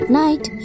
night